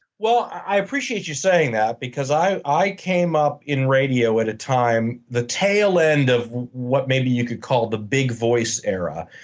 i appreciate you saying that because i i came up in radio at a time, the tail end of what maybe you could call the big voice era.